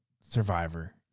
Survivor